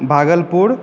Bhagalpur